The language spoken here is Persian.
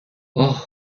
اوه